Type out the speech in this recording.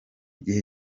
gihe